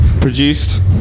produced